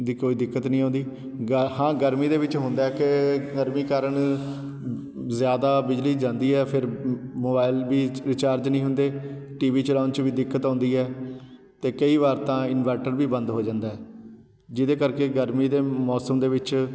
ਦੀ ਕੋਈ ਦਿੱਕਤ ਨਹੀਂ ਆਉਂਦੀ ਗਾ ਹਾਂ ਗਰਮੀ ਦੇ ਵਿੱਚ ਹੁੰਦਾ ਕਿ ਗਰਮੀ ਕਾਰਨ ਜ਼ਿਆਦਾ ਬਿਜਲੀ ਜਾਂਦੀ ਆ ਫਿਰ ਮੋਬਾਇਲ ਵੀ ਰਚਾਰਜ ਨਹੀਂ ਹੁੰਦੇ ਟੀ ਵੀ ਚਲਾਉਣ ਵਿੱਚ ਵੀ ਦਿੱਕਤ ਆਉਂਦੀ ਹੈ ਅਤੇ ਕਈ ਵਾਰ ਤਾਂ ਇੰਨਵਰਟਰ ਵੀ ਬੰਦ ਹੋ ਜਾਂਦਾ ਹੈ ਜਿਹਦੇ ਕਰਕੇ ਗਰਮੀ ਦੇ ਮੌਸਮ ਦੇ ਵਿੱਚ